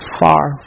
far